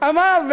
אמר.